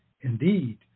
indeed